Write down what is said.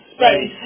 Space